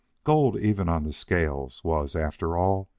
gold, even on the scales, was, after all,